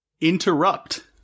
Interrupt